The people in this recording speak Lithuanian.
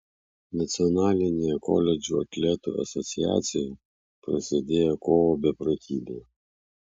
nacionalinėje koledžų atletų asociacijoje prasidėjo kovo beprotybė